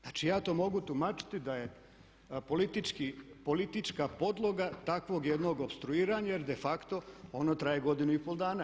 Znači ja to mogu tumačiti da je politička podloga takvog jednog opstruiranja jer de facto ono traje godinu i pol dana.